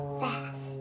fast